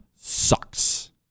sucks